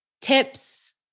tips